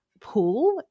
pool